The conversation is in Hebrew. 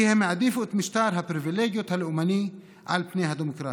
כי הן העדיפו את משטר הפריבילגיות הלאומני על פני הדמוקרטיה,